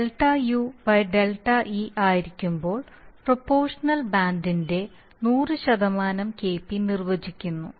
Kp Δu Δe ആയിരിക്കുമ്പോൾ proportional ബാൻഡിനെ നൂറു ശതമാനം Kp നിർവചിക്കുന്നു